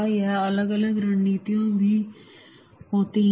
यह अलग अलग रणनीतियाँ भी होती है